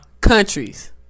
countries